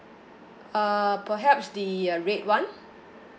uh perhaps the uh red one